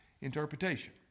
interpretation